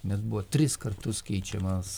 bet buvo tris kartus keičiamas